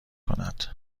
کند